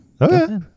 Okay